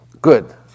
good